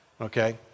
okay